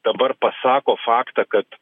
dabar pasako faktą kad